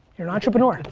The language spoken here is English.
you're an entrepreneur.